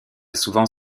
souvent